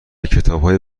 کتابهای